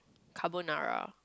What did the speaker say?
carbonara